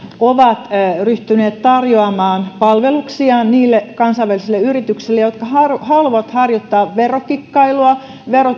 ovat ryhtyneet tarjoamaan palveluksiaan niille kansainvälisille yrityksille jotka haluavat haluavat harjoittaa verokikkailua